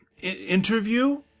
interview